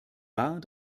wahr